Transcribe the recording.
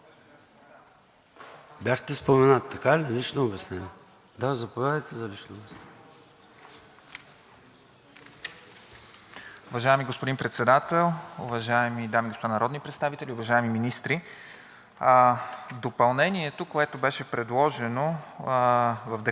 Уважаеми господин Председател, уважаеми дами и господа народни представители, уважаеми министри! Допълнението, което беше предложено в Решението – точка 6, редакционното допълнение за встъпване в делото на Украйна срещу Руската федерация